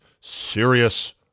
serious